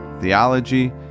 theology